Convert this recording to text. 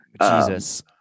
Jesus